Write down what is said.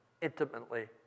intimately